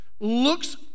looks